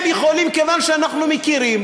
הם יכולים, כיוון שאנחנו מכירים,